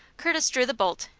curtis drew the bolt,